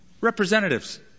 representatives